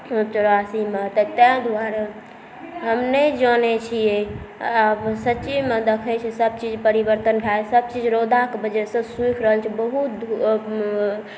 उन्नैस सए चौरासीमे तऽ तैं दुआरे हम नहि जानै छियै आब सभ चीज़मे देख़ै छियै सभ चीज़ परिवर्तन भए सभ चीज़ रौदाके वजहसे सूखि रहल छै बहुत धूप